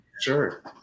Sure